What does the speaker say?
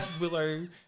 Willow